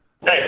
Hey